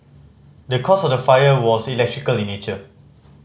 the cause of the fire was electrical in nature